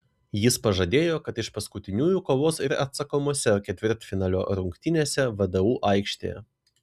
jis pažadėjo kad iš paskutiniųjų kovos ir atsakomose ketvirtfinalio rungtynėse vdu aikštėje